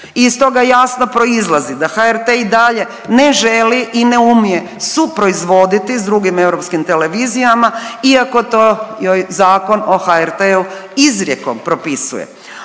I stoga jasno proizlazi da HRT i dalje ne želi i ne umije suproizvoditi sa drugim europskim televizijama iako to joj Zakon o HRT-u izrijekom propisuje.